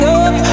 up